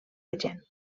regent